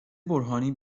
برهانی